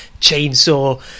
chainsaw